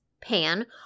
pan